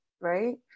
Right